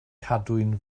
cadwyn